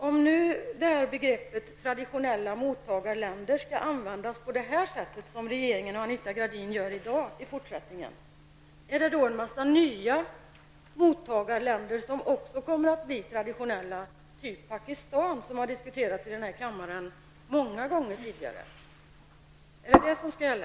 Om begreppet traditionella mottagarländer i fortsättningen skall användas på det sätt som Anita Gradin och regeringen gör i dag, är det då även en mängd andra mottagarländer som kommer att bli traditionella, t.ex. Pakistan, som har diskuterats i den här kammaren många gånger tidigare? Är det detta som skall gälla?